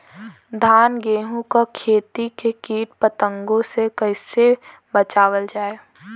धान गेहूँक खेती के कीट पतंगों से कइसे बचावल जाए?